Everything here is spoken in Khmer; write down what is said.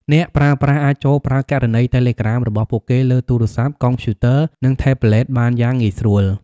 អ្នកប្រើប្រាស់អាចចូលប្រើគណនីតេឡេក្រាមរបស់ពួកគេលើទូរស័ព្ទ កុំព្យូទ័រ និងថេបប្លេតបានយ៉ាងងាយស្រួល។